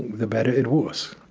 the better it was.